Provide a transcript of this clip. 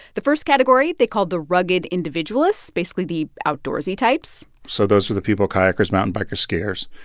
the first category they called the rugged individualists basically the outdoorsy types so those were the people kayakers, mountain bikers, skiers.